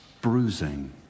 bruising